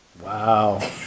Wow